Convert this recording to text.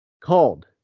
called